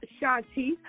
Shanti